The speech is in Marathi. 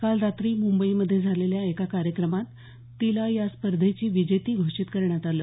काल रात्री मुंबई मध्ये झालेल्या एका कार्यक्रमात तिला या स्पर्धेची विजेती घोषित करण्यात आलं